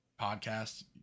podcast